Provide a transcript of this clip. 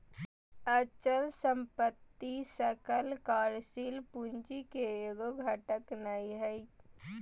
अचल संपत्ति सकल कार्यशील पूंजी के एगो घटक नै हइ